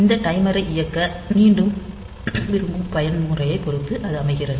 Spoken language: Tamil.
இந்த டைமரை இயக்க விரும்பும் பயன்முறையைப் பொறுத்து அது அமைகிறது